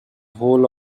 whole